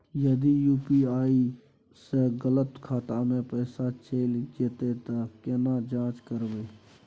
यदि यु.पी.आई स गलत खाता मे पैसा चैल जेतै त केना जाँच करबे?